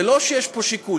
זה לא שיש פה שיקול.